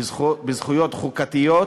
בזכויות חוקתיות.